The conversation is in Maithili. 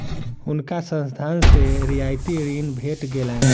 हुनका संस्थान सॅ रियायती ऋण भेट गेलैन